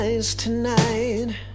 tonight